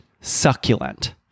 succulent